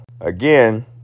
again